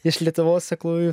iš lietuvos aklųjų